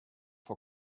for